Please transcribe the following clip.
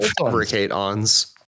fabricate-ons